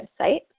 website